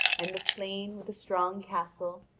and the plain with the strong castle,